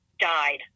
died